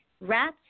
Rats